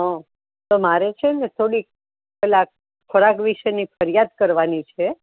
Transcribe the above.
હં તો મારે છે ને થોડીક પેલા ખોરાક વિશેની ફરિયાદ કરવાની છે